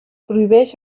prohibix